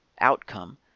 outcome